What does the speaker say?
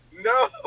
No